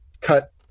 cut